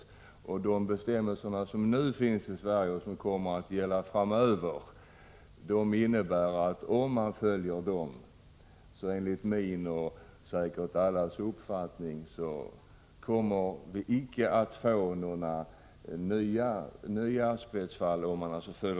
Om vi följer de bestämmelser som nu finns i Sverige och som kommer att gälla framöver, kommer vi icke att få några nya asbestfall.